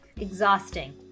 Exhausting